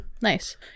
Nice